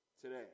today